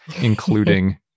including